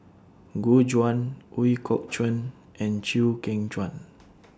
Gu Juan Ooi Kok Chuen and Chew Kheng Chuan